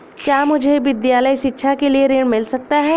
क्या मुझे विद्यालय शिक्षा के लिए ऋण मिल सकता है?